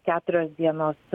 keturios dienos